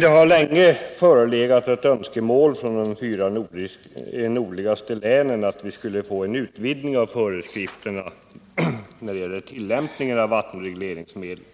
Det har länge förelegat ett önskemål från de fyra nordligaste länen om en utvidgning av föreskrifterna när det gäller användningen av vattenregleringsmedlen